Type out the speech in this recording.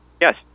Yes